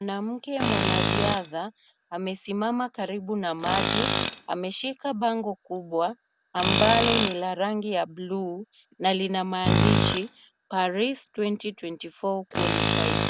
Mwanamke mwanariadha amesimama karibu na maji, ameshika bango kubwa ambalo ni la rangi ya bluu na lina maandishi Paris 2024 Qualified .